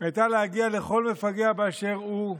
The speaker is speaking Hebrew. הייתה להגיע לכל מפגע באשר הוא,